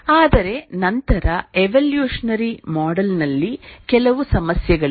ಆದರೆ ನಂತರ evolutionary model ನಲ್ಲಿ ಕೆಲವು ಸಮಸ್ಯೆಗಳಿವೆ